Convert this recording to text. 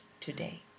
today